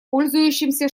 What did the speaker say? пользующимся